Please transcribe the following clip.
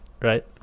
right